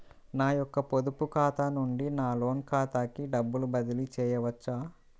నా యొక్క పొదుపు ఖాతా నుండి నా లోన్ ఖాతాకి డబ్బులు బదిలీ చేయవచ్చా?